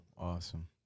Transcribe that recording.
Awesome